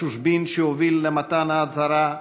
השושבין שהוביל למתן ההצהרה,